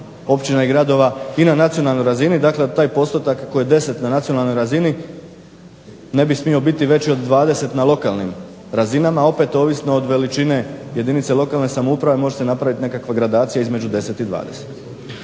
općina i gradova i na nacionalnoj razini, dakle taj postotak koji je 10 na nacionalnoj razini ne bi smio biti veći od 20 na lokalnim razinama. Opet ovisno od veličine jedinice lokalne samouprave može se napravit nekakva gradacija između 10 i 20.